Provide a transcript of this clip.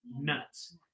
nuts